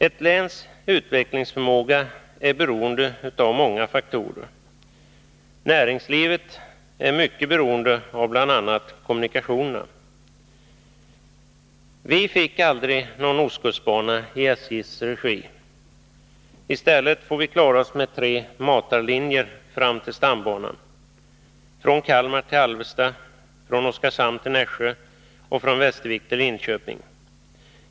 Ett läns utvecklingsförmåga är beroende av många faktorer. Näringslivet är mycket beroende av bl.a. kommunikationerna. Vi fick aldrig någon ostkustbana i SJ:s regi. I stället får vi klara oss med tre ”matarlinjer” fram till stambanan — från Kalmar till Alvesta, från Oskarshamn till Nässjö och från Västervik till Linköping.